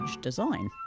design